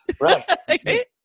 Right